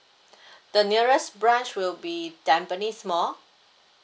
the nearest branch will be tampines mall